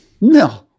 No